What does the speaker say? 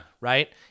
Right